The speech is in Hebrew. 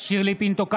שירלי פינטו קדוש,